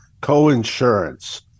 co-insurance